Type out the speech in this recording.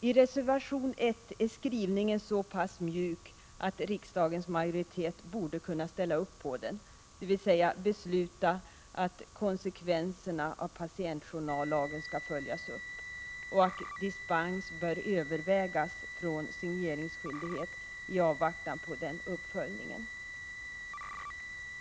I reservation 1 är skrivningen så pass mjuk att riksdagens majoritet bör kunna ställa sig bakom den, dvs. att besluta att konsekvenserna av patientjournallagen skall följas upp och att dispens från signeringsskyldighet bör övervägas i avvaktan på uppföljningen.